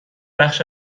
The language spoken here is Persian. بخش